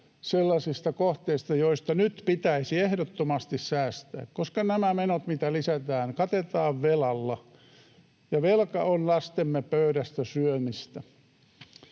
sellaisista kohteista, joista nyt pitäisi ehdottomasti säästää, koska nämä menot, mitä lisätään, katetaan velalla. Ja velka on lastemme pöydästä syömistä.